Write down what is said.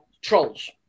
trolls